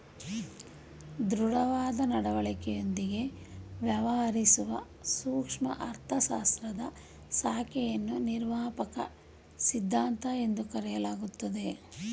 ದೃಢವಾದ ನಡವಳಿಕೆಯೊಂದಿಗೆ ವ್ಯವಹರಿಸುವ ಸೂಕ್ಷ್ಮ ಅರ್ಥಶಾಸ್ತ್ರದ ಶಾಖೆಯನ್ನು ನಿರ್ಮಾಪಕ ಸಿದ್ಧಾಂತ ಎಂದು ಕರೆಯಲಾಗುತ್ತದೆ